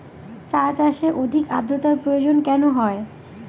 চা চাষে অধিক আদ্রর্তার প্রয়োজন কেন হয়?